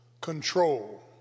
control